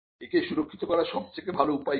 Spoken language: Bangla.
একে সুরক্ষিত করার সবচেয়ে ভালো উপায় কি